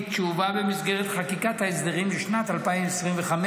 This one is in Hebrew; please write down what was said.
שהובאה במסגרת חקיקת ההסדרים לשנת 2025,